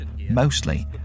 mostly